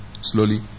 Slowly